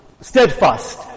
steadfast